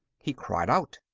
he cried out.